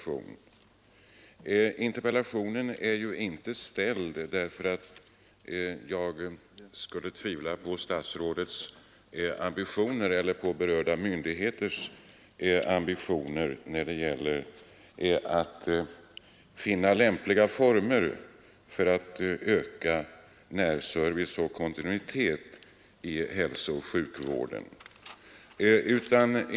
Interpellationen är inte framställd därför att jag tvivlar på statsrådets eller berörda myndigheters ambitioner när det gäller att finna lämpliga former för att öka närservice och kontinuitet i hälsooch sjukvården.